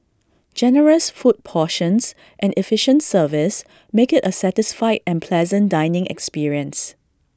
generous food portions and efficient service make IT A satisfied and pleasant dining experience